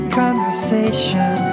conversation